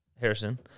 Harrison